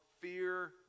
Fear